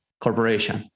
corporation